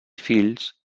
fills